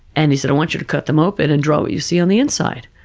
and he said, i want you to cut them open and draw what you see on the inside.